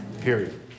Period